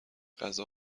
غذا